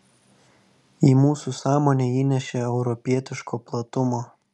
į mūsų sąmonę įnešė europietiško platumo